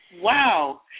Wow